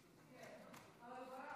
כתוב.